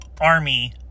army